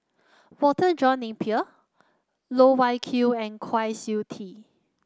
Walter John Napier Loh Wai Kiew and Kwa Siew Tee